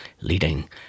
leading